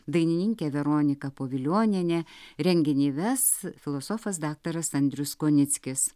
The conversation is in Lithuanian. dainininkė veronika povilionienė renginį ves filosofas daktaras andrius konickis